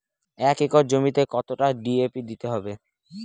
এক একর জমিতে কতটা ডি.এ.পি দিতে হবে?